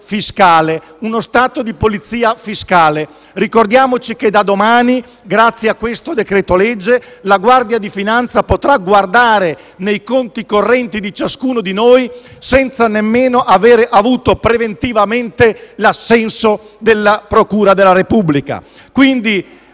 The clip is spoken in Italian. uno Stato di polizia fiscale. Ricordiamoci che da domani, grazie al decreto-legge in esame, la Guardia di finanza potrà guardare nei conti correnti di ciascuno di noi senza nemmeno aver avuto preventivamente l'assenso della procura della Repubblica.